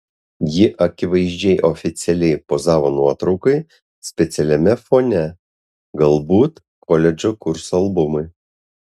ji akivaizdžiai oficialiai pozavo nuotraukai specialiame fone galbūt koledžo kurso albumui